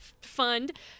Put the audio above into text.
fund